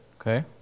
okay